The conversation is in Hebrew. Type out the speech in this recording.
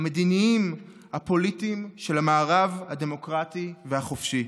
המדיניים והפוליטיים של המערב הדמוקרטי והחופשי.